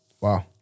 Wow